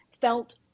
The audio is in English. felt